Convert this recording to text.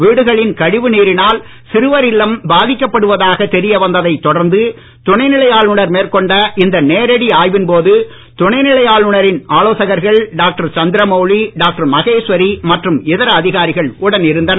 வீடுகளின் கழிவு நீரினால் சிறுவர் இல்லம் பாதிக்கப்படுவதாக தெரிய வந்தததைத் தொடர்ந்து துணைநிலை ஆளுநர் மேற்கொண்ட இந்த நேரடி ஆய்வின் போது துணைநிலை ஆளுநரின் ஆலோசகர்கள் டாக்டர் சந்திரமவுலி டாக்டர் மகேஸ்வரி மற்றும் இதர அதிகாரிகள் உடன் இருந்தனர்